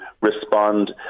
respond